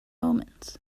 omens